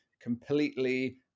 completely